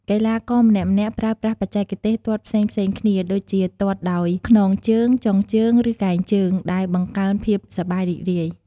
កីឡាករម្នាក់ៗប្រើប្រាស់បច្ចេកទេសទាត់ផ្សេងៗគ្នា ដូចជាទាត់ដោយ ខ្នងជើង ចុងជើង ឬកែងជើង ដែលបង្កើនភាពសប្បាយរីករាយ។